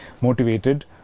motivated